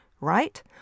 right